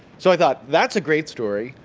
so i thought, that's a great story.